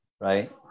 right